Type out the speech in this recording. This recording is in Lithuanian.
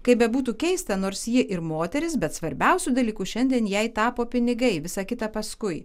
kaip bebūtų keista nors ji ir moteris bet svarbiausiu dalyku šiandien jai tapo pinigai visą kitą paskui